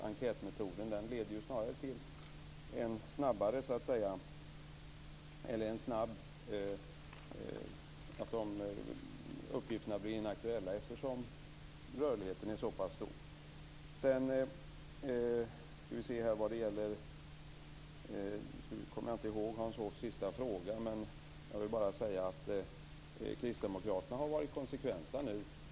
Enkätmetoden leder snarare till att uppgifterna snabbt blir inaktuella, eftersom rörligheten är så pass stor. Jag kommer inte ihåg Hans Hoffs sista fråga, men jag vill säga att kristdemokraterna har varit konsekventa.